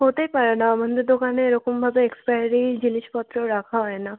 হতেই পারে না আমাদের দোকানে এরকমভাবে এক্সপায়ারি জিনিসপত্র রাখা হয় না